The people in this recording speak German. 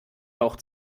bauch